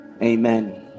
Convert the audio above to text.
amen